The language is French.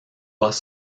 pas